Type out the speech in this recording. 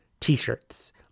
t-shirts